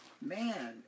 man